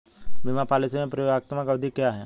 बीमा पॉलिसी में प्रतियोगात्मक अवधि क्या है?